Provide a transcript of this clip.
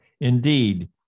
Indeed